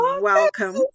Welcome